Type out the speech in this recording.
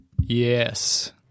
Yes